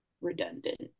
Redundant